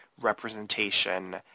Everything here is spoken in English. representation